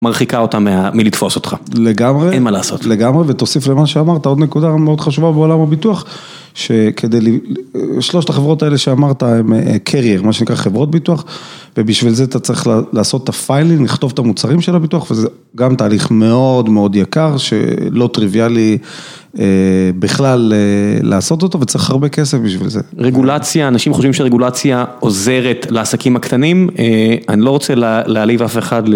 מרחיקה אותה מלתפוס אותך. לגמרי. אין מה לעשות. לגמרי, ותוסיף למה שאמרת, עוד נקודה מאוד חשובה בעולם הביטוח, שכדי, שלושת החברות האלה שאמרת, הם קרייר, מה שנקרא חברות ביטוח, ובשביל זה אתה צריך לעשות את הפיילינג, לכתוב את המוצרים של הביטוח, וזה גם תהליך מאוד מאוד יקר, שלא טריוויאלי בכלל לעשות אותו, וצריך הרבה כסף בשביל זה. רגולציה, אנשים חושבים שרגולציה עוזרת לעסקים הקטנים, אני לא רוצה להעליב אף אחד.